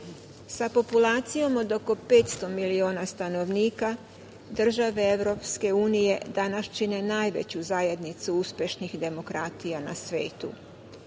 populacijom od oko 500 miliona stanovnika države EU danas čine najveću zajednicu uspešnih demokratija na svetu,